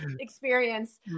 experience